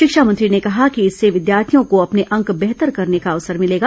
शिक्षा मंत्री ने कहा कि इससे विद्यार्थियों को अपने अंक बेहतर करने का अवसर मिलेगा